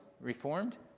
reformed